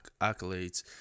accolades